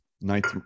ninth